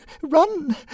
Run